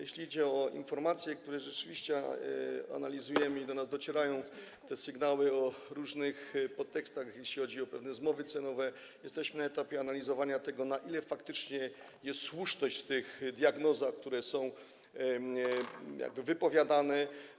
Jeśli chodzi o informacje, które rzeczywiście analizujemy - do nas docierają sygnały o różnych podtekstach, jeśli chodzi o pewne zmowy cenowe - jesteśmy na etapie analizowania tego, na ile faktycznie jest słuszność w tych diagnozach, które są wypowiadane.